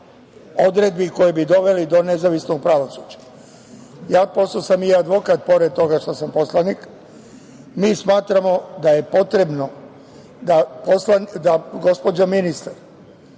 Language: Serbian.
odredbi koje bi dovele do nezavisnog pravosuđa. Pošto sam i advokat pored toga što sam poslanik, smatramo da je potrebno da gospođa ministar